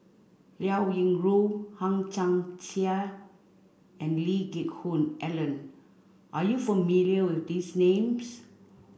Liao Yingru Hang Chang Chieh and Lee Geck Hoon Ellen are you familiar with these names